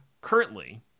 currently